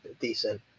decent